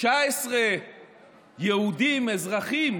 19 יהודים אזרחים